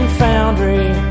foundry